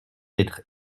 être